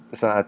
sa